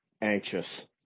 anxious